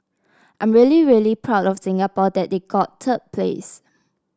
I'm really really proud of Singapore that they got third place